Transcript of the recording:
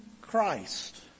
Christ